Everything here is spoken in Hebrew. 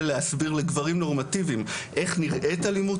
להסביר לגברים נורמטיביים איך נראית אלימות